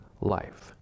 life